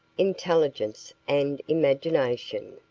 intelligence and imagination,